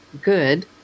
good